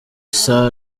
isa